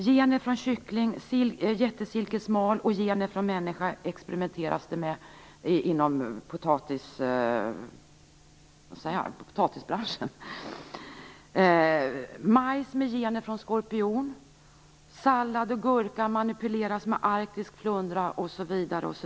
Gener från kyckling och jättesilkesmal samt gener från människor experimenteras det med inom potatisbranschen. Vidare genmanipuleras majs med gener från skorpion, sallad och gurka med gener från arktisk flundra osv.